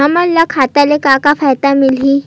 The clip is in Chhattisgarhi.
हमन ला खाता से का का फ़ायदा मिलही?